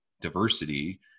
diversity